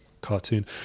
cartoon